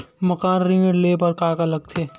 मकान ऋण ले बर का का लगथे?